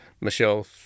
Michelle